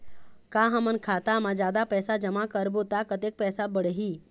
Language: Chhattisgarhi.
का हमन खाता मा जादा पैसा जमा करबो ता कतेक पैसा बढ़ही?